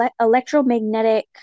electromagnetic